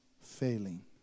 Failing